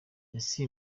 ese